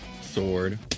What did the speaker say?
Sword